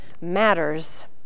matters